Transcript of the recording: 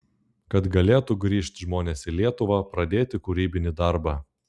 kad galėtų grįžt žmonės į lietuvą pradėti kūrybinį darbą